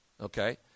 okay